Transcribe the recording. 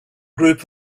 group